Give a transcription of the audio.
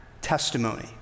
testimony